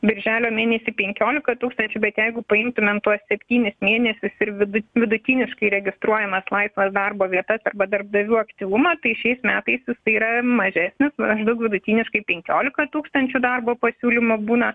birželio mėnesį penkiolika tūkstančių bet jeigu paimtumėm tuos septynis mėnesius ir vidu vidutiniškai registruojamas laisvas darbo vieta arba darbdavių aktyvumą tai šiais metais tai yra mažesnis maždaug vidutiniškai penkiolika tūkstančių darbo pasiūlymų būna